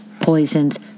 poisons